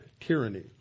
tyranny